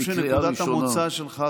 אני חושב שנקודת המוצא שלך,